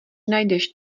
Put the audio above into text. najdeš